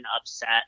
upset